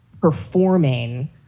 performing